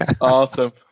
awesome